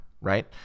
right